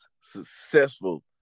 successful